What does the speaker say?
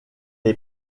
est